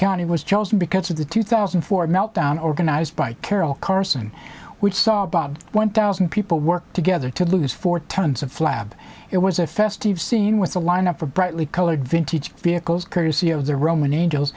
county was chosen because of the two thousand and four meltdown organized by carol carson which saw bob one thousand people work together to lose four tons of flab it was a festive scene with a lineup of brightly colored vintage vehicles courtesy of the roman angels